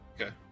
Okay